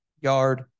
yard